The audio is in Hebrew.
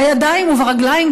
בידיים וברגליים,